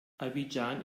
abidjan